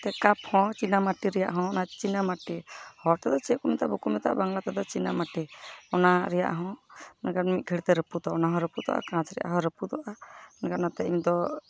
ᱮᱱᱛᱮᱫ ᱠᱟᱯ ᱦᱚᱸ ᱚᱱᱟ ᱪᱤᱱᱟᱢᱟᱴᱤ ᱨᱮᱭᱟᱜ ᱦᱚᱸ ᱚᱱᱟ ᱪᱤᱱᱟ ᱢᱟᱴᱤ ᱦᱚᱲ ᱛᱮᱫᱚ ᱪᱮᱫ ᱠᱚ ᱢᱮᱛᱟᱜᱼᱟ ᱵᱟᱠᱚ ᱢᱮᱛᱟᱜᱼᱟ ᱵᱟᱝᱞᱟ ᱛᱮᱫᱚ ᱪᱤᱱᱟ ᱢᱟᱴᱤ ᱚᱱᱟ ᱨᱮᱭᱟᱜ ᱦᱚᱸ ᱢᱮᱱᱠᱷᱟᱱ ᱢᱤᱫ ᱜᱷᱟᱹᱲᱤᱡ ᱛᱮ ᱨᱟᱹᱯᱩᱫᱚᱜᱼᱟ ᱚᱱᱟ ᱦᱚᱸ ᱨᱟᱹᱯᱩᱫᱚᱜᱼᱟ ᱠᱟᱸᱪ ᱨᱮᱭᱟᱜ ᱦᱚᱸ ᱨᱟᱹᱯᱩᱫᱚᱜᱼᱟ ᱢᱮᱱᱠᱷᱟᱱ ᱱᱚᱛᱮ ᱤᱧ ᱫᱚ